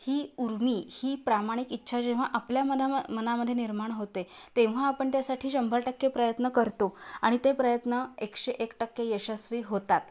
ही उर्मी ही प्रामाणिक इच्छा जेव्हा आपल्या मधाम मनामध्ये निर्माण होते तेव्हा आपण त्यासाठी शंभर टक्के प्रयत्न करतो आणि ते प्रयत्न एकशे एक टक्के यशस्वी होतात